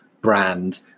brand